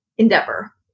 endeavor